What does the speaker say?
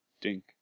Dink